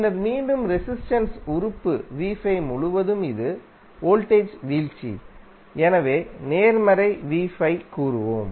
பின்னர் மீண்டும் ரெசிஸ்டென்ஸ் உறுப்பு v5முழுவதும்இது வோல்டேஜ் வீழ்ச்சி எனவே நேர்மறை v5கூறுவோம்